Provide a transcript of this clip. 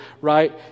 right